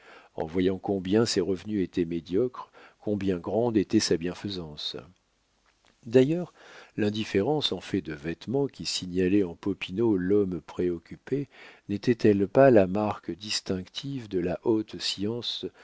en voyant combien ses revenus étaient médiocres combien grande était sa bienfaisance d'ailleurs l'indifférence en fait de vêtements qui signalait en popinot l'homme préoccupé n'est-elle pas la marque distinctive de la haute science